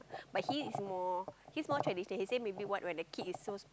but he is more he's more tradition he say maybe what when the kid is so small